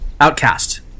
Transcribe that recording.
Outcast